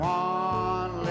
one